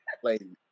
played